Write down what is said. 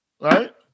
Right